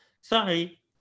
Sorry